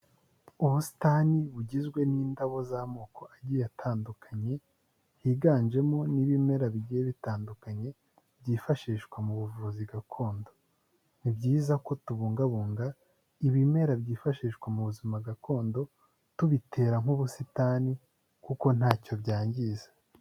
Ubusitani bugizwe n'indabo z'amoko agiye atandukanye higanjemo n'ibimera bigiye bitandukanye byifashishwa mu buvuzi gakondo. Ni byiza ko tubungabunga ibimera byifashishwa mu buzima gakondo tubitera nk'ubusitani kuko ntacyo byangiza.